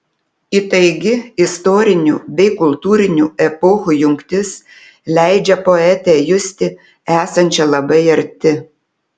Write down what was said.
įtaigi istorinių bei kultūrinių epochų jungtis leidžia poetę justi esančią labai arti